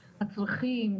הצרכים,